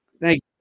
Thank